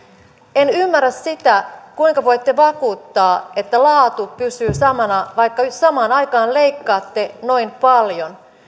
en ymmärrä sitä kuinka voitte vakuuttaa että laatu pysyy samana vaikka samaan aikaan leikkaatte noin paljon